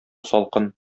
салкын